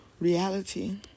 reality